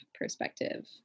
perspective